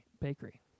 bakery